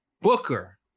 Booker